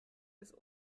ist